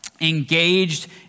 engaged